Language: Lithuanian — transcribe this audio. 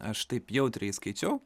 aš taip jautriai skaičiau